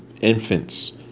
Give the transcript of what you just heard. infants